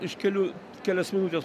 iškelių kelias minutes